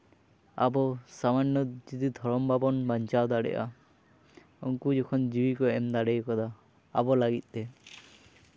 ᱟᱵᱚ ᱥᱟᱢᱟᱱᱱᱚ ᱡᱩᱫᱤ ᱫᱷᱚᱨᱚᱢ ᱵᱟᱵᱚᱱ ᱵᱟᱧᱪᱟᱣ ᱫᱟᱲᱮᱭᱟᱜᱼᱟ ᱩᱱᱠᱩ ᱡᱚᱠᱷᱚᱱ ᱡᱤᱣᱤ ᱠᱚ ᱮᱢ ᱫᱟᱲᱮ ᱟᱠᱟᱫᱟ ᱟᱵᱚ ᱞᱟᱹᱜᱤᱫ ᱛᱮ